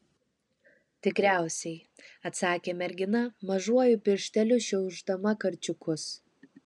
tikriausiai atsakė mergina mažuoju piršteliu šiaušdama karčiukus